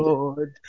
Lord